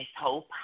Hope